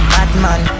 Batman